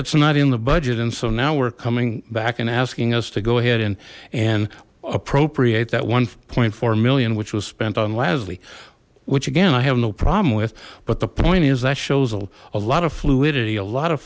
it's not in the budget and so now we're coming back and asking us to go ahead and and appropriate that one four million which was spent on lasley which again i have no problem with but the point is that shows a lot of fluidity a lot of